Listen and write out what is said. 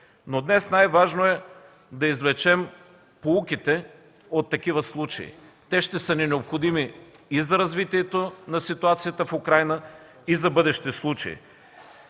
Но днес най-важно е да извлечем поуките от такива случаи. Те ще са ни необходими и за развитието на ситуацията в Украйна, и за бъдещи случаи.